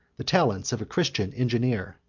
the talents of a christian engineer.